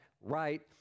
right